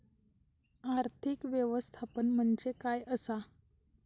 आर्थिक व्यवस्थापन म्हणजे काय असा?